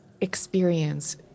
experience